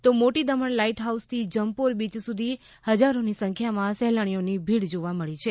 તો મોટી દમણ લાઇટ હાઉસથી જંપોર બીય સુધી હજારોની સંખ્યામાં સહેલાણીઓની ભીડ જોવા મળી છે